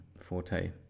forte